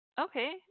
okay